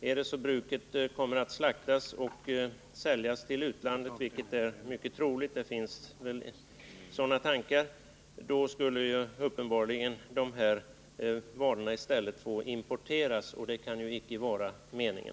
Om bruket slaktas och säljs till utlandet, vilket är mycket troligt, eftersom det finns sådana tankar, skulle vi i stället uppenbarligen få importera dessa varor — och det kan väl inte vara meningen.